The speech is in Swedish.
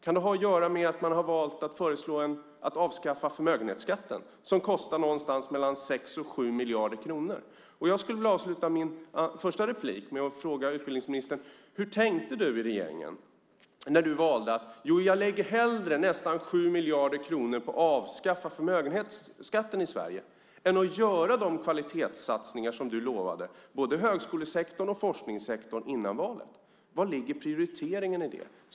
Kan det ha att göra med att man har valt att föreslå ett avskaffande av förmögenhetsskatten som kostar någonstans mellan 6 och 7 miljarder kronor? Jag skulle vilja avsluta mitt första inlägg med att ställa en fråga till ministern: Hur tänkte du i regeringen när du valde att hellre lägga nästan 7 miljarder kronor på att avskaffa förmögenhetsskatten i Sverige än att göra de kvalitetssatsningar som du lovade både högskolesektorn och forskningssektorn före valet? Var ligger prioriteringen i det?